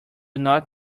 not